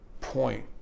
point